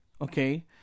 okay